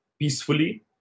peacefully